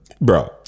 bro